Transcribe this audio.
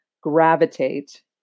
gravitate